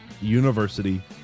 University